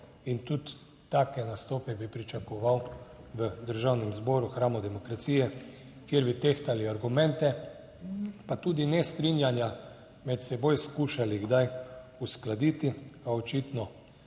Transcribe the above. In tudi take nastope bi pričakoval v Državnem zboru, hramu demokracije, kjer bi tehtali argumente pa tudi nestrinjanja med seboj skušali kdaj uskladiti, a očitno